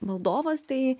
valdovas tai